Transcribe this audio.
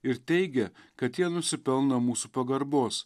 ir teigia kad jie nusipelno mūsų pagarbos